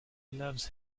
loves